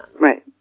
Right